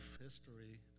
history